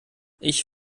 ich